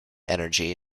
energy